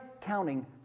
counting